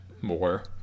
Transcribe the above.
more